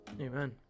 Amen